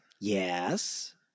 Yes